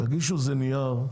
תגישו איזה נייר,